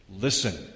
Listen